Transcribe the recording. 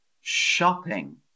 shopping